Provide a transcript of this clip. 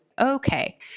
okay